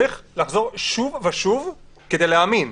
צריך לחזור שוב ושוב על כדי להאמין.